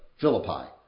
Philippi